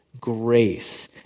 grace